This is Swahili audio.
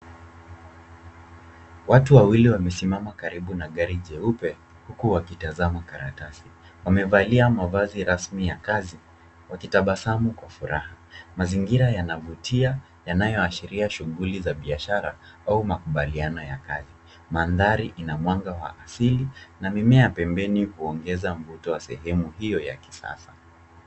Watu wawili wamesimama karibu na gari jeupe huku wakitazama karatasi. Wamevalia mavazi rasmi ya kazi wakitabasamu kwa furaha. Mazingira yanavutia, yanayoashiria shughuli za biashara au makubaliano ya kazi. Mandhari ina mwanga ya asili na mimea pembeni huongeza mvuto wa sehemu hii ya kisasa.